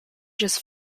just